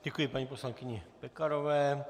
Děkuji paní poslankyni Pekarové.